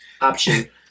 option